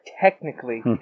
technically